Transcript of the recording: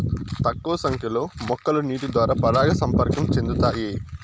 తక్కువ సంఖ్య లో మొక్కలు నీటి ద్వారా పరాగ సంపర్కం చెందుతాయి